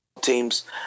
teams